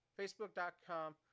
facebook.com